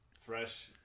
fresh